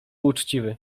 uczciwy